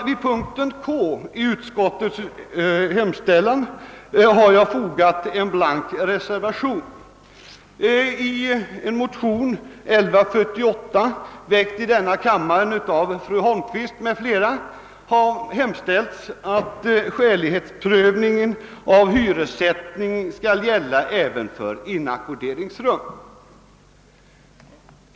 Till mom. K i utskottets hemställan har jag fogat en blank reservation. I en motion II: 1148, väckt av fru Holmqvist m.fl., har hemställts att skälighetsprövningen av hyressättning skall gälla även för inackorderingsrum.